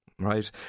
Right